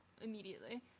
Immediately